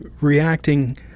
reacting